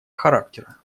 характера